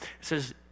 says